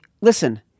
Listen